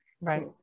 right